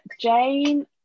Jane